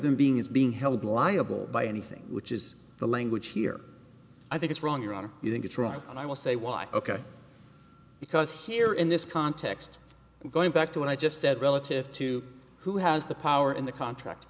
them being is being held liable by anything which is the language here i think is wrong wrong you think it's wrong and i will say why ok because here in this context we're going back to what i just said relative to who has the power in the contract